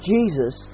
Jesus